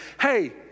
hey